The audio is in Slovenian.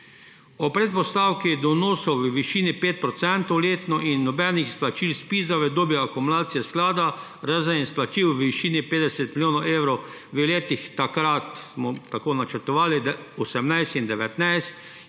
Ob predpostavki donosov v višini 5 % letno in nobenih izplačil iz ZPIZ v obdobju akumulacije sklada, razen izplačil v višini 50 milijonov evrov v letih – takrat smo tako načrtovali – 2018 in